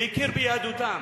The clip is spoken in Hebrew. והכיר ביהדותם.